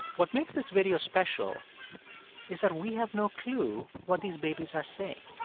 what makes this video special is that we have no clue what these babies are saying.